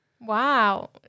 Wow